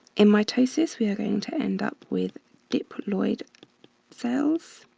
in mitosis, we are going to end up with diploid cells